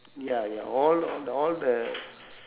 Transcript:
ya ya all all the